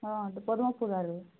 ହଁ ସେ ପଦ୍ମଫୁଲ ଆରୁ